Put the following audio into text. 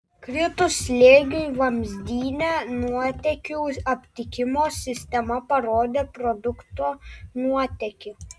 kritus slėgiui vamzdyne nuotėkių aptikimo sistema parodė produkto nuotėkį